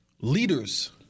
leaders